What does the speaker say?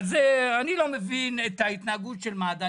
אני לא מבין את ההתנהגות של מד"א.